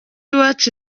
iwacu